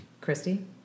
Christy